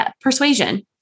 persuasion